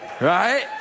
right